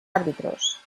árbitros